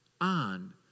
on